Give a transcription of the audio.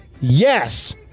Yes